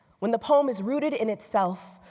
when the poem is rooted in itself,